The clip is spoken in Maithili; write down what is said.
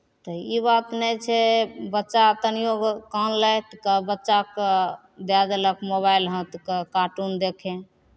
तऽ ई बात नहि छै बच्चा तनि एगो कनलथि तऽ बच्चाकेँ दए देलक मोबाइल हाथकेँ कार्टून देखय